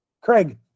Craig